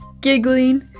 giggling